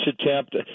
attempt